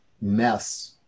mess